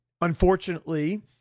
Unfortunately